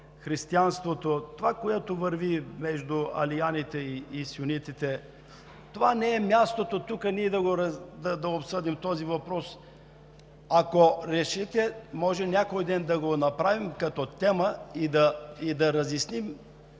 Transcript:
християнството, това, което върви между алианите и сунитите, тук не е мястото да обсъждаме този въпрос. Ако решите, може някой ден да го направим като тема, да го разясним